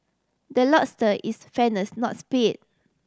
the is fairness not speed